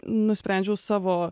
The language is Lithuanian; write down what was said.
nusprendžiau savo